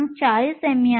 40 me आहे